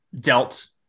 dealt